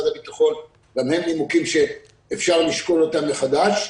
הביטחון הם אולי נימוקים שאפשר לשקול אותם מחדש,